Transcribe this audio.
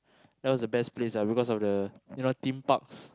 that was the best place ah because of the you know theme parks